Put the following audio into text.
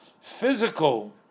physical